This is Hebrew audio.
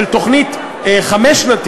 של תוכנית חמש-שנתית,